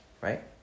right